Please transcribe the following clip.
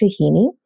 tahini